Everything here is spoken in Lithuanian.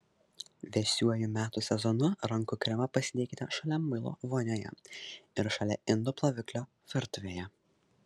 vėsiuoju metų sezonu rankų kremą pasidėkite šalia muilo vonioje ir šalia indų ploviklio virtuvėje